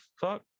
fuck